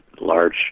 large